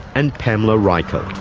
and pamela reichelt.